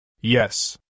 Yes